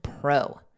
pro